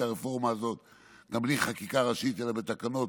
הרפורמה הזאת גם בלי חקיקה ראשית אלא בתקנות,